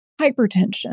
hypertension